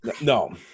No